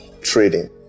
trading